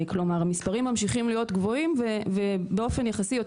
כלומר המספרים ממשיכים להיות גבוהים ובאופן יחסי,